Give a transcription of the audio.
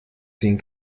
ziehen